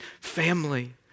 family